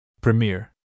Premier